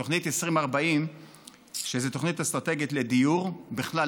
תוכנית 2040 היא תוכנית אסטרטגית לדיור בכלל,